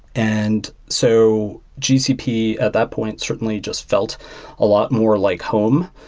and so gcp at that point certainly just felt a lot more like home,